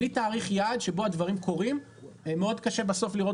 בלי תאריך יעד שבו הדברים קורים מאוד קשה בסוף לראות